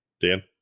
Dan